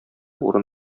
урын